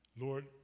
Lord